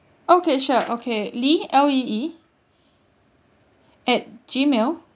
okay sure okay lee L E E at gmail